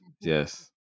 yes